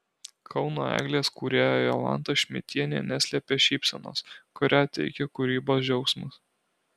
kauno eglės kūrėja jolanta šmidtienė neslėpė šypsenos kurią teikia kūrybos džiaugsmas